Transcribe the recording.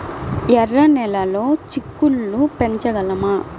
ఎర్ర నెలలో చిక్కుళ్ళు పెంచగలమా?